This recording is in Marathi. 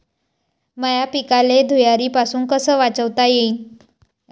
माह्या पिकाले धुयारीपासुन कस वाचवता येईन?